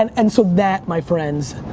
and and so that, my friends,